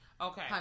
Okay